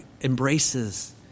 embraces